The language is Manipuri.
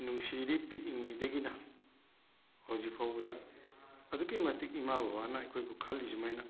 ꯅꯨꯡꯁꯤꯔꯤ ꯄꯤꯛꯏꯉꯩꯗꯒꯤꯅ ꯍꯧꯖꯤꯛ ꯐꯥꯎꯕꯗ ꯑꯗꯨꯛꯀꯤ ꯃꯇꯤꯛ ꯏꯃꯥ ꯕꯥꯕꯅ ꯑꯩꯈꯣꯏꯕꯨ ꯈꯜꯂꯤ ꯁꯨꯃꯥꯏꯅ